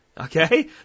Okay